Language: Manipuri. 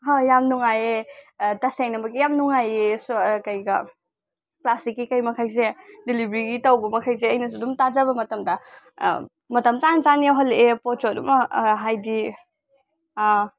ꯌꯥꯝ ꯅꯨꯡꯉꯥꯏꯌꯦ ꯇꯁꯦꯡꯅꯃꯛꯀꯤ ꯌꯥꯝ ꯅꯨꯡꯉꯥꯏꯌꯦ ꯀꯩꯀ꯭ꯔꯥ ꯀ꯭ꯂꯥꯁꯁꯤꯛꯀꯤ ꯀꯩ ꯃꯈꯩꯁꯦ ꯗꯤꯂꯤꯕꯔꯤꯒꯤ ꯇꯧꯕ ꯃꯈꯩꯁꯦ ꯑꯩ ꯅꯁꯨ ꯑꯗꯨꯝ ꯇꯥꯖꯕ ꯃꯇꯝꯗ ꯃꯇꯝ ꯆꯥꯅ ꯆꯥꯅ ꯌꯧꯍꯜꯂꯛꯑꯦ ꯄꯣꯠꯁꯨ ꯑꯗꯨꯝ ꯍꯥꯏꯗꯤ ꯑꯥ